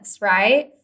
right